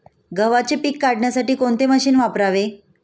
गव्हाचे पीक काढण्यासाठी कोणते मशीन वापरावे?